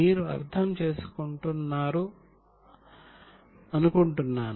మీరు అర్థం చేసుకుంటున్నారు అనుకుంటున్నాను